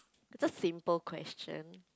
just simple question